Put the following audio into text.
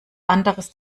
anderes